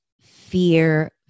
fear